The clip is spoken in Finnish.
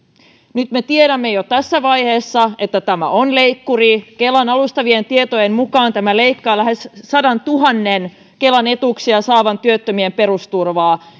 nyt me tiedämme jo tässä vaiheessa että tämä on leikkuri kelan alustavien tietojen mukaan tämä leikkaa lähes sadantuhannen kelan etuuksia saavan työttömän perusturvaa